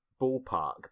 ballpark